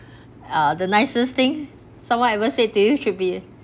uh the nicest thing someone ever say to you should be